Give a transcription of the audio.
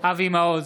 אבי מעוז,